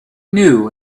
knew